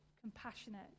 compassionate